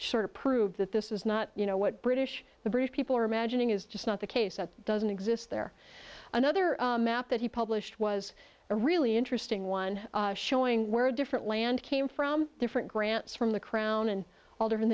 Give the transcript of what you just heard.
of proved that this is not you know what british the british people are imagining is just not the case that doesn't exist there another map that he published was a really interesting one showing where different land came from different grants from the crown and all different